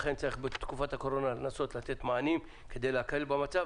לכן צריך בתקופת הקורונה לנסות לתת מענים כדי להקל במצב.